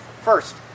First